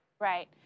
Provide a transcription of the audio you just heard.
Right